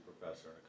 professor